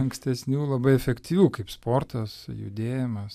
ankstesnių labai efektyvių kaip sportas judėjimas